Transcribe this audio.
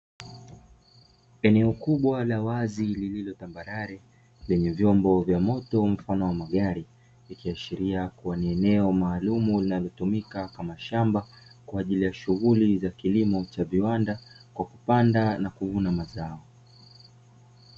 Eneo kubwa la wazi lililo tambarare lenye vyombo vya moto mfano wa magari, ikiashiria kuwa ni eneo maalumu linalotumika kama shamba, kwa ajili ya shughuli za kilimo cha viwanda kwa kupanda na kuvuna mazao.